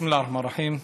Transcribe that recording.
בסם אללה א-רחמאן א-רחים.